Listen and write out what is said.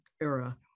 era